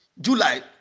july